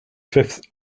fifth